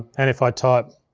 and if i type